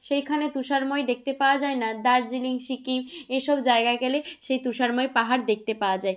সেইখানে তুষারময় দেখতে পাওয়া যায় না দার্জিলিং সিকিম এই সব জায়গায় গেলে সেই তুষারময় পাহাড় দেখতে পাওয়া যায়